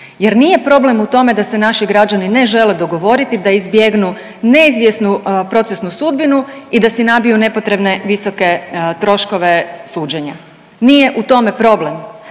jer nije problem u tome da se naši građani ne žele dogovoriti da izbjegnu neizvjesnu procesnu sudbinu i da si nabiju nepotrebne visoke troškove suđenja. Nije u tome problem,